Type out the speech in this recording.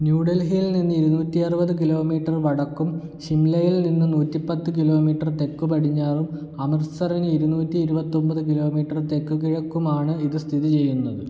new ഡൽഹിയിൽ നിന്ന് ഇരുനൂറ്റിയറുപത് കിലോമീറ്റർ വടക്കും ഷിംലയിൽ നിന്ന് നൂറ്റിപ്പത്ത് കിലോമീറ്റർ തെക്ക് പടിഞ്ഞാറും അമൃത്സറിൽ ഇരുനൂറ്റി ഇരുപത്തൊമ്പത് കിലോമീറ്റർ തെക്കു കിഴക്കുമാണ് ഇത് സ്ഥിതി ചെയ്യുന്നത്